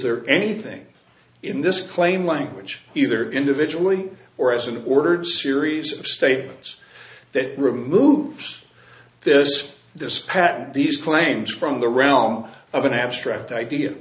there anything in this claim language either individually or as an ordered series of statements that removes this this patent these claims from the realm of an abstract idea